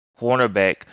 cornerback